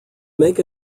make